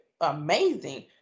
amazing